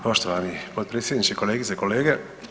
Poštovani potpredsjedniče, kolegice i kolege.